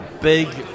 big